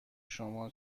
شما